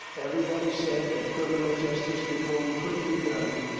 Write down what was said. everybody said that criminal justice reform couldn't be done,